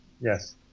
Yes